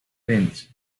wins